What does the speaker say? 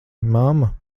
mamma